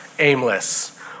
aimless